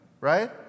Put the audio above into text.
right